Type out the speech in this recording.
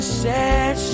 sad